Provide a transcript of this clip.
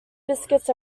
biscuits